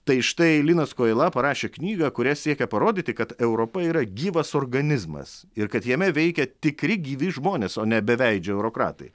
tai štai linas kojala parašė knygą kuria siekia parodyti kad europa yra gyvas organizmas ir kad jame veikia tikri gyvi žmonės o ne beveidžiai eurokratai